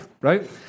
right